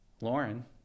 Lauren